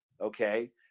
okay